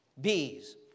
Bees